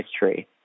history